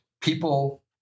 People